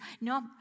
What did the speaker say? no